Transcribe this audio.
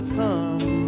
come